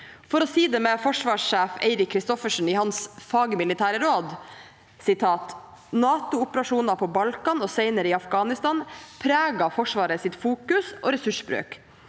For å si det med forsvarssjef Eirik Kristoffersen i hans fagmilitære råd: «NATO-operasjoner på Balkan og senere i Afghanistan preget Forsvarets fokus og ressursbruk.